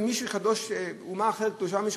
אם אומה אחרת קדוש לה משהו,